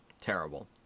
Terrible